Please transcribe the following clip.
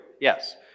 yes